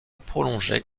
prolonger